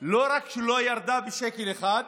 לא רק שלא ירדה בשקל אחד,